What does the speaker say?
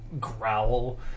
growl